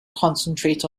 concentrate